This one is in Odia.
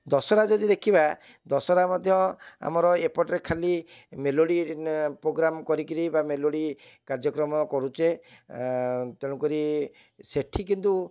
ଦଶହରା ଯଦି ଦେଖିବା ଦଶହରା ମଧ୍ୟ ଆମର ଏପଟରେ ଖାଲି ମେଲୋଡ଼ି ପ୍ରୋଗ୍ରାମ୍ କରିକରି ବା ମେଲୋଡ଼ି କାର୍ଯ୍ୟକ୍ରମ କରୁଛେ ତେଣୁକରି ସେଇଠି କିନ୍ତୁ